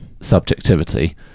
subjectivity